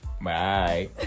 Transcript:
bye